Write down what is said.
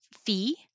fee